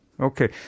Okay